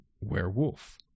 werewolf